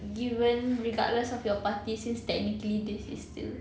given regardless of your party since technically this is still